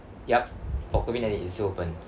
yup for COVID nineteen it's still open